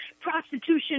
prostitution